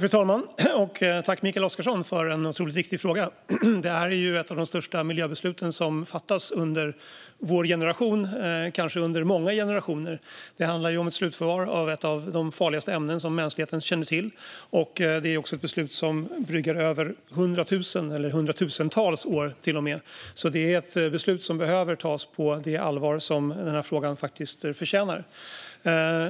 Fru talman! Tack, Mikael Oscarsson, för en otroligt viktig fråga! Det här är ju ett av de största miljöbesluten som fattas under vår generation och kanske många generationer. Det handlar om slutförvar av ett av de farligaste ämnen som mänskligheten känner till. Det är också ett beslut som bryggar över 100 000 eller kanske till med hundratusentals år, och beslutet behöver därför tas på det allvar som frågan förtjänar.